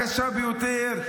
הקשה ביותר,